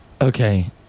Okay